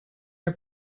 are